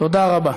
תודה רבה.